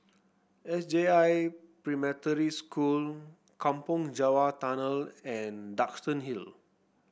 S J I Preparatory School Kampong Java Tunnel and Duxton Hill